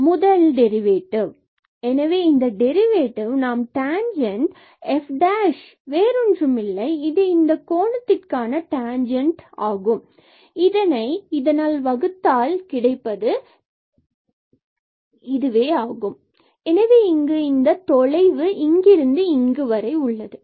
இது முதல் டெரிவேட்டிவ் எனவே இந்த டெரிவேட்டிவ் மற்றும் டான்சென்ட் f' வேறொன்றுமில்லை இந்த கோணத்தில் டான்சென்ட் ஆகும் இதை இதனால் வகுத்தால் கிடைப்பது இதுவாகும் எனவே இங்கு இந்தத் தொலைவு இங்கிருந்து இங்கு வரை உள்ளது